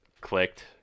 clicked